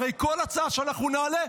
הרי כל הצעה שאנחנו נעלה,